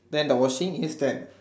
then the washing is ten